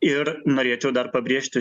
ir norėčiau dar pabrėžti